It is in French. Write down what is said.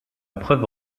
preuve